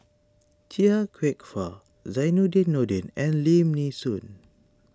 Chia Kwek Fah Zainudin Nordin and Lim Nee Soon